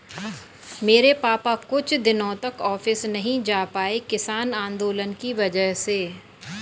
मेरे पापा कुछ दिनों तक ऑफिस नहीं जा पाए किसान आंदोलन की वजह से